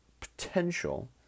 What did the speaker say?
potential